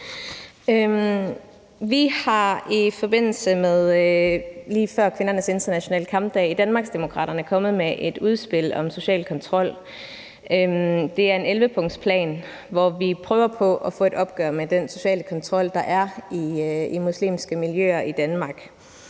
lige før kvindernes internationale kampdag kommet med et udspil om social kontrol. Det er en 11-punktsplan, hvor vi prøver på at få et opgør med den sociale kontrol, der er i muslimske miljøer i Danmark.